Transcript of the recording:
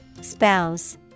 Spouse